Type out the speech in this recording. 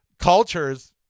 Cultures